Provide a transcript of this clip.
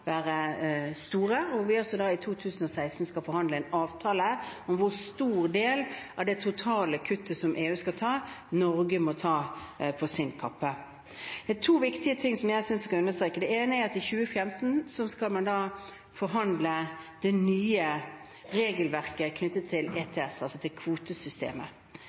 store, og hvor vi også i 2016 skal forhandle frem en avtale om hvor stor del av det totale kuttet EU skal ta, som Norge må ta på sin kappe. Det er to viktige ting jeg vil understreke. Det ene er at i 2015 skal man forhandle om det nye regelverket knyttet til ETS, altså til kvotesystemet.